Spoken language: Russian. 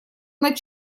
над